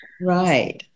Right